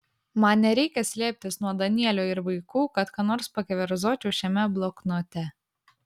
man nereikia slėptis nuo danielio ir vaikų kad ką nors pakeverzočiau šiame bloknote